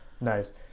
Nice